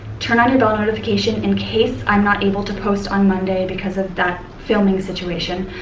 turn on your bell notification in case i'm not able to post on monday because of that filming situation,